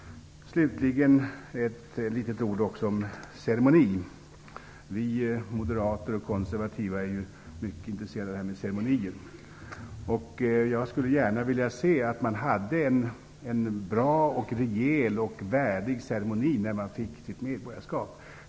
Slutligen vill jag säga några ord om ceremonin. Vi moderater och konservativa är mycket intresserade av ceremonier, och jag skulle gärna vilja se att det anordnades en bra, rejäl och värdig ceremoni för dem som får sitt medborgarskap.